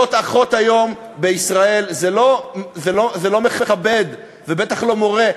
להיות אחות היום בישראל זה לא מכבד, ובטח לא מורה.